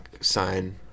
sign